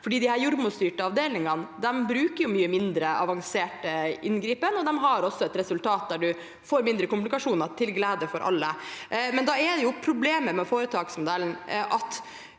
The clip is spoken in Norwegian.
barsel. De jordmorstyrte avdelingene bruker mye mindre avansert inngripen, og de har et resultat der man får mindre komplikasjoner – til glede for alle. Problemet med foretaksmodellen er